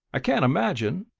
i can't imagine,